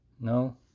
No